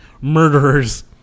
murderers